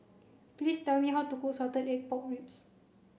please tell me how to cook salted egg pork ribs